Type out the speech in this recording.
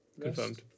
Confirmed